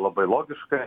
labai logiška